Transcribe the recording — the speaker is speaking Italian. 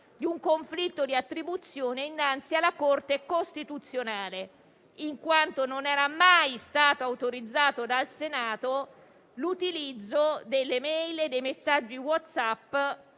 di un conflitto di attribuzione innanzi alla Corte costituzionale, in quanto non era mai stato autorizzato dal Senato l'utilizzo delle *mail* e dei messaggi WhatsApp